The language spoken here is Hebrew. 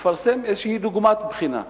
צריך לפרסם איזו דוגמת בחינה,